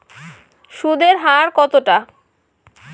সুদের হার কতটা?